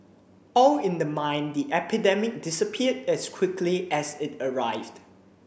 all in the mind The epidemic disappeared as quickly as it arrived